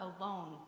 alone